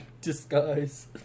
disguise